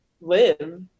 live